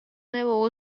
nuevo